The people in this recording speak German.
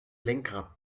lenkrad